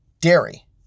dairy